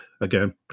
again